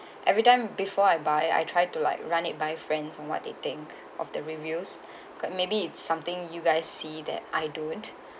every time before I buy I tried to like run it by friends from what they think of the reviews because maybe it's something you guys see that I don't